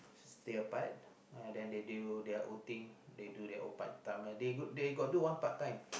spare part then they do their own thing they do their own part-time they they got do one part-time